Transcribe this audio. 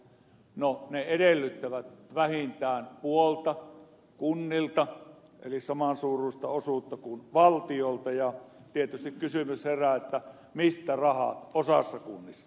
no ne edellyttävät vähintään puolta kunnilta eli samansuuruista osuutta kuin valtiolta ja tietysti herää kysymys mistä rahat osassa kunnista ainakin